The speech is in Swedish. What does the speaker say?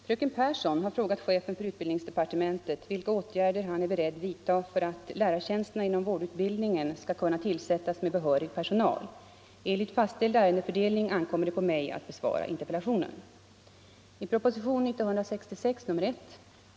Fru talman! Fröken Pehrsson har frågat chefen för utbildningsdepartementet vilka åtgärder han är beredd vidta för att lärartjänsterna inom vårdutbildningen skall kunna tillsättas med behörig personal. Enligt fastställd ärendefördelning ankommer det på mig att besvara interpellationen. 139 I propositionen 1966:1 (bil.